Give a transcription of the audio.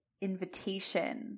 invitation